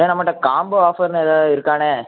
ச நம்மட்ட காம்போ ஆஃபர்னு ஏதாது இருக்காண்ணே